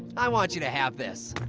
i want you to have this.